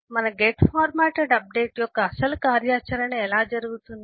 మన get formatted update యొక్క అసలు కార్యాచరణ ఎలా జరుగుతుంది